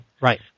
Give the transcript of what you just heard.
Right